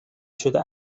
شده